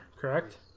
correct